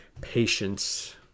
Patience